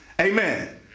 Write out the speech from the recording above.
Amen